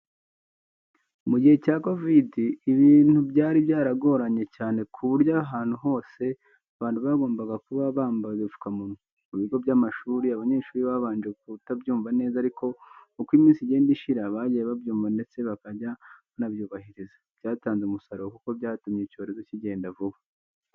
Mu gihe cya kovidi ibintu byari byaragoranye cyane ku buryo ahantu hose abantu bagombaga kuba bambaye udupfukamunwa. Mu bigo by'amashuri abanyeshuri babanje kutabyumva neza ariko uko iminsi igenda ishira bagiye babyumva ndetse bakajya banabyubahiriza. Byatanze umusaruro kuko byatumye icyorezo kigenda vuba.